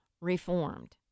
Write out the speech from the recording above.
reformed